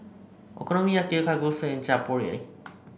Okonomiyaki Kalguksu and Chaat Papri